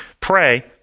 pray